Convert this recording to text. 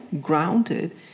grounded